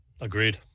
Agreed